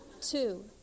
two